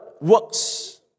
works